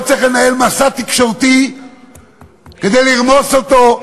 צריך לנהל מסע תקשורתי כדי לרמוס אותו,